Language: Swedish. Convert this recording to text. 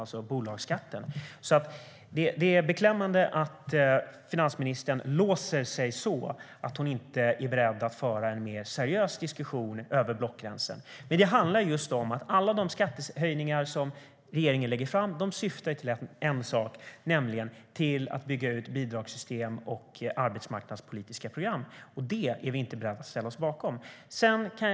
Det är alltså beklämmande att finansministern låser sig på ett sådant sätt att hon inte är beredd att föra en mer seriös diskussion över blockgränsen. Alla skattehöjningar som regeringen lägger fram syftar till en sak, nämligen till att bygga ut bidragssystem och arbetsmarknadspolitiska program. Det är vi inte beredda att ställa oss bakom. Herr talman!